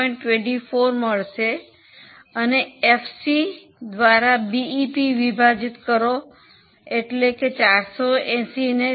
24 મળશે અને એફસી દ્વારા બીઇપી વિભાજિત કરો એટલે કે 480 ને 0